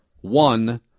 one